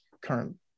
current